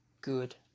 Good